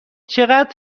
چقدر